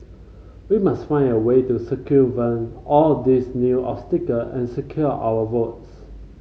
we must find a way to circumvent all these new obstacle and secure our votes